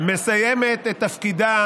מסיימת את תפקידה